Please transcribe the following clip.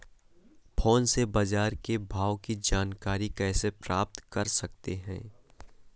Phone से बाजार के भाव की जानकारी कैसे प्राप्त कर सकते हैं?